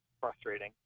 frustrating